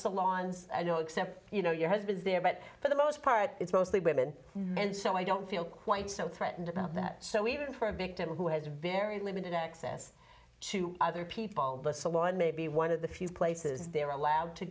salons you know except you know your husband's there but for the most part it's mostly women and men so i don't feel quite so threatened about that so even for a victim who has very limited access to other people the salon may be one of the few places they are allowed to